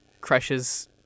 crushes